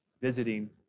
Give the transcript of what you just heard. visiting